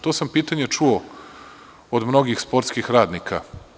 To sam pitanje čuo od mnogih sportskih radnika.